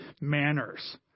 manners